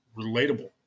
relatable